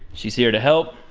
she's here to help.